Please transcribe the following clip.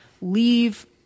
leave